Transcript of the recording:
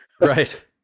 right